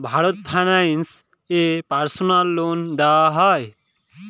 Bharat finance এ personal loan দেওয়া হয়?